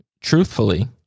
Truthfully